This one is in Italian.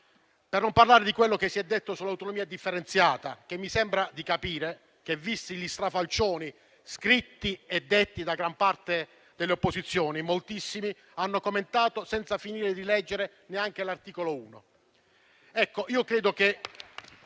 Per non parlare di quello che si è detto sull'autonomia differenziata che, visti gli strafalcioni scritti e detti da gran parte delle opposizioni, moltissimi hanno commentato senza finire di leggere neanche l'articolo 1.